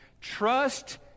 trust